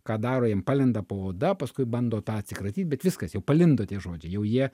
ką daro jiem palenda po oda paskui bando tą atsikratyt bet viskas jau palindo tie žodžiai jau jie